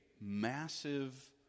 massive